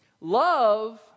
Love